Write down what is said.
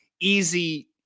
easy